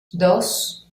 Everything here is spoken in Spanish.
dos